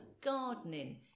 gardening